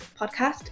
podcast